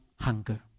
hunger